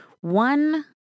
one